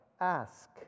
Ask